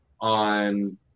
on